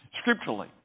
scripturally